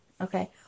Okay